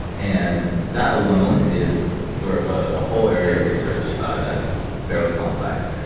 and that alone is sort of ah a whole area of research that's fairly complex.